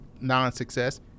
non-success